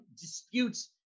disputes